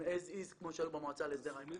הם כמות שהם, כמו שהיו במועצה להסדר ההימורים.